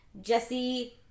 Jesse